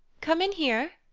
come in here!